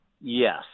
Yes